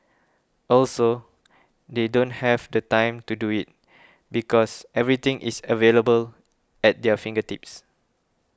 also they don't have the time to do it because everything is available at their fingertips